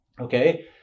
Okay